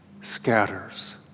scatters